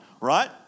right